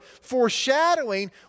foreshadowing